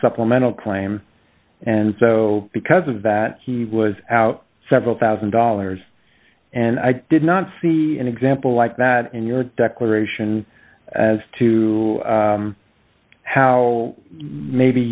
supplemental claim and so because of that he was out several one thousand dollars and i did not see an example like that in your declaration as to how maybe